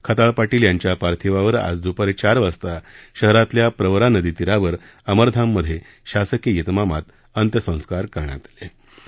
खताळ पाटील यांच्या पार्थिवावर आज द्रपारी चार वाजता शहरातील प्रवरा नदी तीरावर अमरधाममध्ये शासकीय इतमामात अंत्यसंस्कार करण्यात येणार आहे